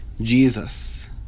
Jesus